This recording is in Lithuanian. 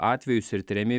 atvejus ir tiriami